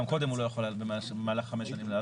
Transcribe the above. גם קודם הוא לא היה יכול להעלות במהלך חמש שנים.